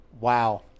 Wow